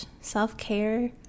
self-care